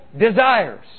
desires